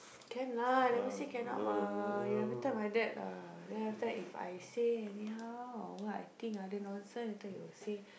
can lah I never say cannot mah you every time like that lah then after that if I say anyhow or what I think other nonsense later you will say